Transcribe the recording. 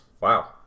Wow